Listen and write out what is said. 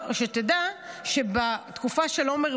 השב"כ שבכוונה הוא שחרר את מנהל בית החולים שיפא,